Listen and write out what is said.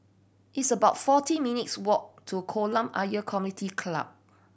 it's about forty minutes' walk to Kolam Ayer Community Club